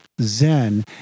zen